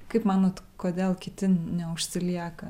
kaip manot kodėl kiti neužsilieka